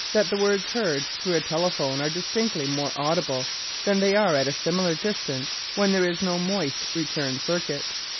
that the words heard through a telephone are distinctly more audible than they are at a similar distance when there is no moist return circuit.